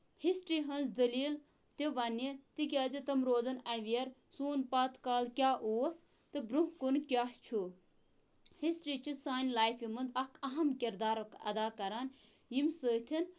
history ہٕنز دٔلیٖل تہِ ونہِ تِکیازِ تِم روزن ایویر سون پَتھ کال کیاہ اوس تہٕ برونہہ کُن کیاہ چھُ ہِسٹری چھ سانہِ لایفہِ ہُند اکھ اَہم کِردارُک ادا کران ییٚمہِ سۭتۍ